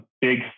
big